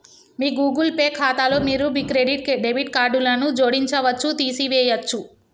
మీ Google Pay ఖాతాలో మీరు మీ క్రెడిట్, డెబిట్ కార్డులను జోడించవచ్చు, తీసివేయచ్చు